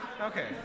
Okay